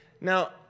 Now